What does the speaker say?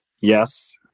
Yes